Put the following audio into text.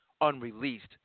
unreleased